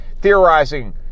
theorizing